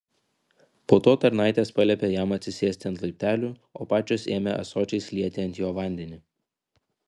po to tarnaitės paliepė jam atsisėsti ant laiptelių o pačios ėmė ąsočiais lieti ant jo vandeni